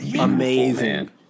amazing